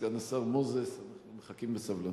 סגן השר מוזס, אנחנו מחכים בסבלנות.